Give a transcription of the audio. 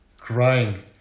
crying